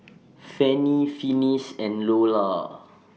Fanny Finis and Lolla